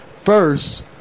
first